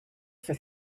for